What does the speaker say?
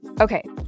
Okay